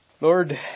Lord